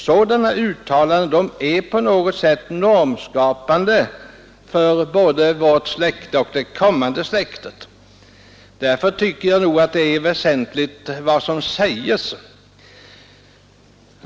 Sådana uttalanden är på något sätt normskapande för både vårt släkte och det kommande släktet, och därför tycker jag att det är väsentligt vad som sägs.